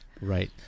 Right